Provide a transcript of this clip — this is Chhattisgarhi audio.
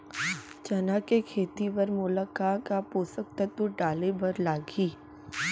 चना के खेती बर मोला का का पोसक तत्व डाले बर लागही?